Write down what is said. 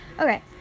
Okay